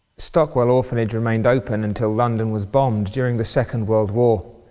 stockwell orphanage remained open until london was bombed during the second world war.